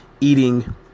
eating